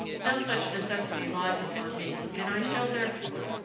no such necessity lies upon me, and i shall, therefore,